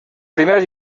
primers